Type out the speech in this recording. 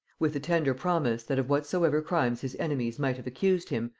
with the tender promise, that of whatsoever crimes his enemies might have accused him,